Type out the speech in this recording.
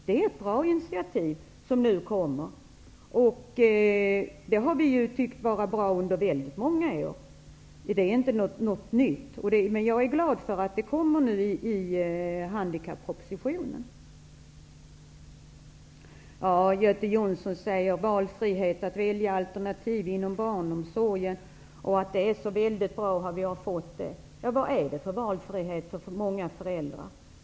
Det är ett bra initiativ som nu tas, men det är inte något nytt -- vi har i många år tyckt att det skulle vara bra. Jag är glad att det nu kommer i handikappropositionen. Göte Jonsson säger vidare att det är fråga om frihet att välja alternativ inom barnomsorgen och att det är bra att föräldrarna nu får det. Vad är det då för frihet för många föräldrar?